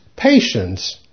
patience